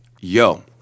yo